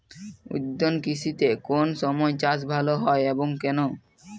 উদ্যান কৃষিতে কোন সময় চাষ ভালো হয় এবং কেনো?